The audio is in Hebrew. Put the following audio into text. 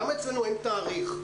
למה אצלנו אין תאריך?